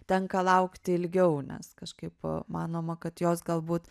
tenka laukti ilgiau nes kažkaip manoma kad jos galbūt